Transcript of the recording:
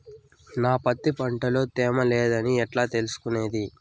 నా పత్తి పంట లో తేమ లేదని ఎట్లా తెలుసుకునేది?